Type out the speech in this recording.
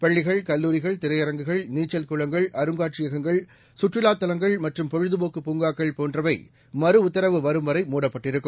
பள்ளிகள் கல்லூரிகள் திரையரங்குகள் நீச்சல்குளங்கள் அருங்காட்சியகங்கள் சுற்றுலாதலங்கள்மற்றும்பொழுதுபோக்குபூங்காக்கள் போன்றவைமறுஉத்தரவுவரும்வரைமூடப்பட்டிருக்கும்